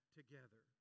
together